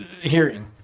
hearing